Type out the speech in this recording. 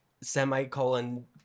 semicolon